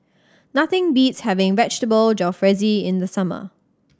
nothing beats having Vegetable Jalfrezi in the summer